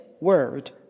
word